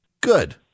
Good